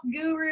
guru